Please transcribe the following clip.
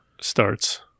starts